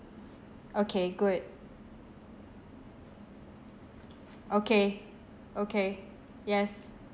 okay good okay okay yes